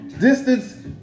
distance